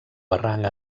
barranc